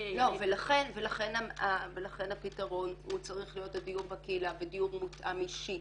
ולכן הפתרון הוא צריך להיות הדיור בקהילה ודיור מותאם אישית